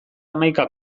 hamaika